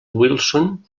wilson